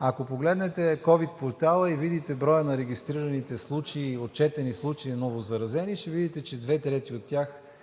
Ако погледнете ковид портала и видите броя на регистрираните случаи и отчетени случаи новозаразени, ще видите, че две трети от тях,